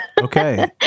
Okay